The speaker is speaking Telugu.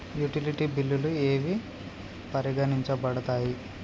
యుటిలిటీ బిల్లులు ఏవి పరిగణించబడతాయి?